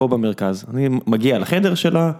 פה במרכז, אני מגיע לחדר שלה.